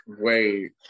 Wait